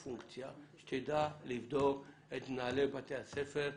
שתדע לבדוק את מנהלי בתי הספר,